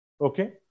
Okay